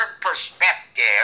perspective